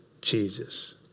Jesus